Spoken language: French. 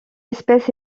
espèce